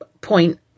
point